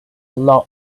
lot